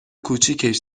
کوچیکش